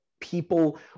people